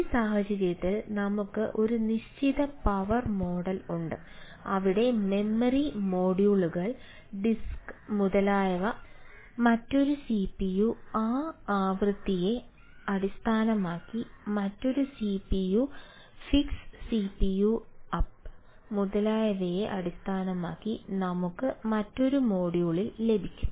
ഈ സാഹചര്യത്തിൽ നമുക്ക് ഒരു നിശ്ചിത പവർ മോഡൽലഭിക്കും